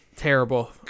terrible